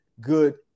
good